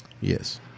Yes